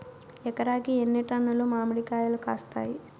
ఎకరాకి ఎన్ని టన్నులు మామిడి కాయలు కాస్తాయి?